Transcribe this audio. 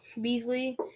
Beasley